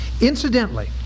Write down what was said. Incidentally